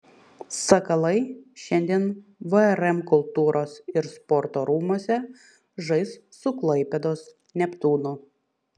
sakalai šiandien vrm kultūros ir sporto rūmuose žais su klaipėdos neptūnu